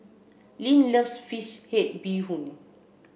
Linn loves fish head bee Hoon